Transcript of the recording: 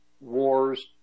wars